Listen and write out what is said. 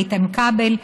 איתן כבל,